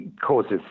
causes